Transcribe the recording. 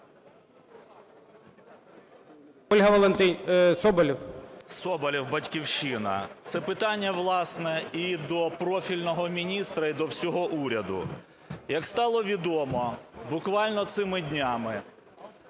СОБОЛЄВ С.В. Соболєв, "Батьківщина". Це питання, власне, і до профільного міністра, і до всього уряду. Як стало відомо буквально цими днями,